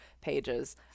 pages